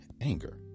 anger